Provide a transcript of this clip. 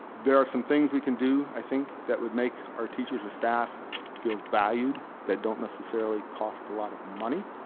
there are some things we can do, i think, that would make our teachers and staff feel valued that don't necessarily cost a lot of money.